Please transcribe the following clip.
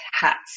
hats